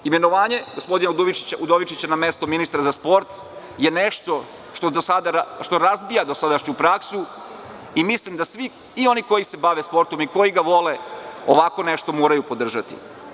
Imenovanje gospodina Udovičića na mesto ministra za sport je nešto što razbija dosadašnju praksu i mislim da svi koji se bave sportom i koji ga vole, ovako nešto moraju podržati.